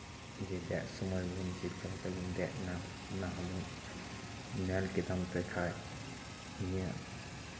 ᱫᱮᱜ ᱥᱚᱢᱚᱭ ᱵᱚᱱ ᱪᱮᱫᱠᱟ ᱠᱟᱛᱮᱜ ᱵᱚᱱ ᱫᱮᱡ ᱱᱟ ᱚᱱᱟ ᱦᱚᱸ ᱵᱚᱱ ᱧᱮᱞ ᱠᱮᱫᱟᱢ ᱯᱮ ᱠᱷᱟᱡ ᱱᱤᱭᱟᱹ